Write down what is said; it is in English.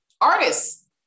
artists